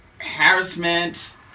harassment